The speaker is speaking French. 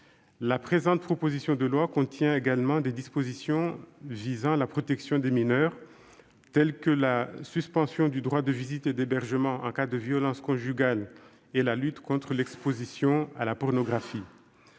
La présente proposition de loi contient également des dispositions visant la protection des mineurs, telles que la suspension du droit de visite et d'hébergement en cas de violences conjugales et la lutte contre l'exposition à la pornographie.